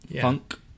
funk